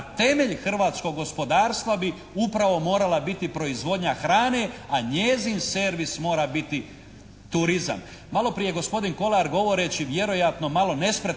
a temelj hrvatskog gospodarstva bi upravo morala biti proizvodnja hrane, a njezin servis mora biti turizam.